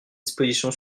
disposition